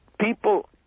people